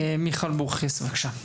מיכל בוכריס, בבקשה.